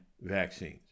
vaccines